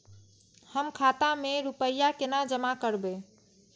हम खाता में रूपया केना जमा करबे?